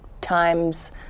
Times